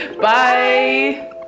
Bye